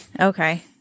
Okay